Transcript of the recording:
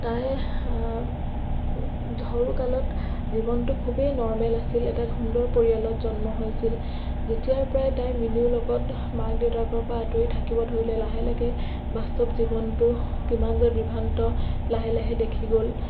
তাই সৰুকালত জীৱনটো খুবেই নৰ্মেল আছিল এটা সুন্দৰ পৰিয়ালত জন্ম হৈছিল যেতিয়াৰপৰাই তাইৰ মিনুৰ লগত মাক দেউতাকৰপৰা আঁতৰি থাকিব ধৰিলে লাহে লাহে বাস্তৱ জীৱনটো কিমান যে বিভ্ৰান্ত লাহে লাহে দেখি গ'ল